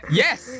yes